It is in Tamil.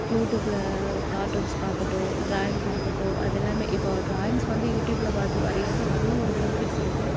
யூட்யூப்ல கார்ட்டூன்ஸ் பார்க்கட்டும் ட்ராயிங் பார்க்கட்டும் அதெல்லாமே இப்போது ட்ராயிங்ஸ் வந்து யூட்யூப்ல பார்த்து வரையிறதும் அதுவும் ஒரு பெனிஃபிட்ஸ் இருக்குது